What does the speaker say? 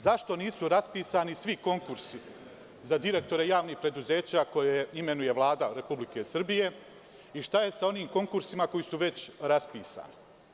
Zašto nisu raspisani svi konkursi za direktore javnih preduzeća koje imenuje Vlada RS i šta je sa onim konkursima koji su već raspisani?